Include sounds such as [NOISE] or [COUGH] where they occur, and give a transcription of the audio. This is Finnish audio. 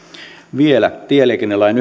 vielä tieliikennelain [UNINTELLIGIBLE]